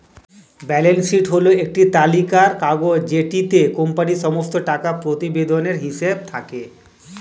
balance sheet হল একটি তালিকার কাগজ যেটিতে কোম্পানির সমস্ত টাকা প্রতিবেদনের হিসেব থাকে